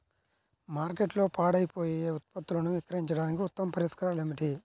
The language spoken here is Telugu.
మార్కెట్లో పాడైపోయే ఉత్పత్తులను విక్రయించడానికి ఉత్తమ పరిష్కారాలు ఏమిటి?